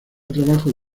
trabajos